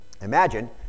imagine